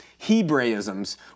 Hebraisms